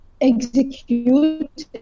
execute